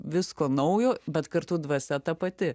visko naujo bet kartu dvasia ta pati